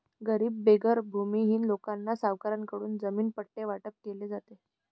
गरीब बेघर भूमिहीन लोकांना सरकारकडून जमीन पट्टे वाटप केले जाते